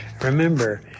Remember